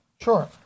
Sure